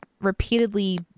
repeatedly